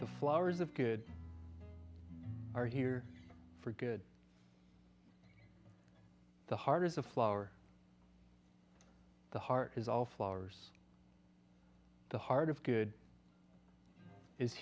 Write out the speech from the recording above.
the flowers of good are here for good the hard as a flower the heart is all flowers the heart of good is